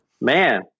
Man